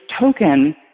token